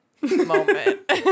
moment